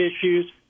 issues